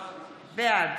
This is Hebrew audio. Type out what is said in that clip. בעד